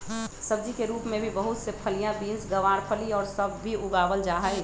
सब्जी के रूप में भी बहुत से फलियां, बींस, गवारफली और सब भी उगावल जाहई